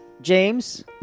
James